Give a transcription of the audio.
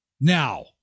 Now